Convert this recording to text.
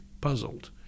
puzzled